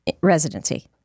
residency